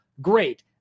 great